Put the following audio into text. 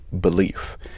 belief